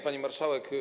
Pani Marszałek!